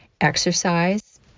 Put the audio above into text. exercise